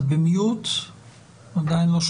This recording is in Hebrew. הרבה חברי כנסת דיברו כאן על דברים חשובים ונכונים,